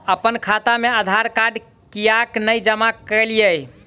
अप्पन खाता मे आधारकार्ड कियाक नै जमा केलियै?